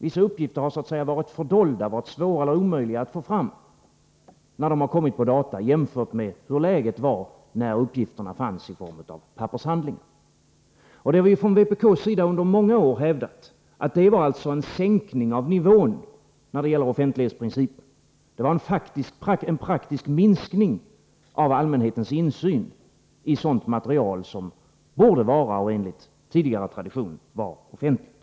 Vissa uppgifter har så att säga blivit fördolda, varit svåra eller omöjliga att få fram, när de införts på data, vilket inte var fallet när de fanns tillgängliga i form av pappershandlingar. Vpk har under många år hävdat att detta inneburit en sänkning av nivån när det gäller tillämpningen av offentlighetsprincipen och en minsk ning av allmänhetens praktiska möjligheter till insyn i sådant material som borde vara och som enligt tidigare tradition varit offentligt.